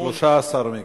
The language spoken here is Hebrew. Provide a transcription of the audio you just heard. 13 "מיגים",